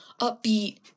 Upbeat